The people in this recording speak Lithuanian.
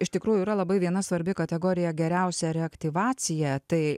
iš tikrųjų yra labai viena svarbi kategorija geriausia reaktyvacija tai